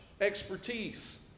expertise